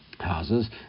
Houses